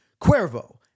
Cuervo